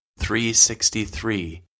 363